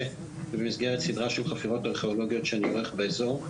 ובמסגרת סדרה של חפירות ארכיאולוגיות שאני עורך באזור.